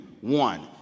one